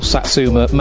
Satsuma